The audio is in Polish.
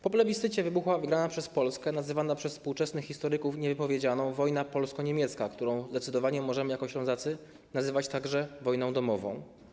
Po plebiscycie wybuchła wygrana przez Polskę nazywana przez współczesnych historyków niewypowiedzianą, wojna polsko-niemiecka, którą zdecydowanie możemy jako Ślązacy nazywać także wojną domową.